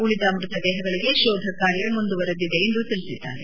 ಉಳಿದ ಮೃತ ದೇಹಗಳಿಗೆ ಶೋಧ ಕಾರ್ಯ ಮುಂದುವರಿದಿದೆ ಎಂದು ತಿಳಿಸಿದ್ದಾರೆ